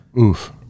Oof